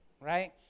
right